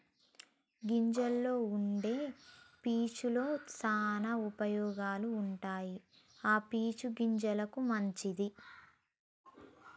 గింజల్లో వుండే పీచు తో శానా ఉపయోగాలు ఉంటాయి ఆ పీచు జంతువులకు మంచిది